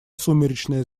сумеречное